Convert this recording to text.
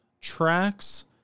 tracks